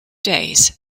days